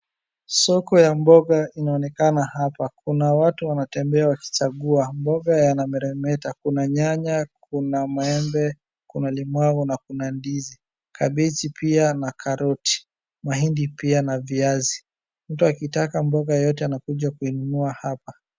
Soko ya mboga inaonekana hapa. Kuna watu wanatembea wakichagua. Mboga yanameremeta. Kuna nyanya, kuna maembe, kuna limau na kuna ndizi. Kabeji pia na karoti. Mahindi pia na viazi. Mtu akitaka mboga yoyote anakuja kuinunua hapa.